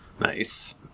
Nice